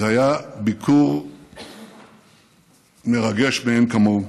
זה היה ביקור מרגש מאין כמוהו.